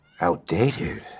Outdated